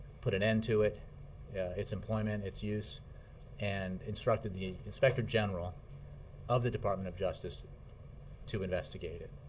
put an end to it its employment, its use and instructed the inspector general of the department of justice to investigate it.